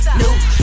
new